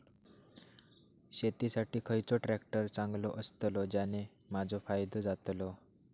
शेती साठी खयचो ट्रॅक्टर चांगलो अस्तलो ज्याने माजो फायदो जातलो?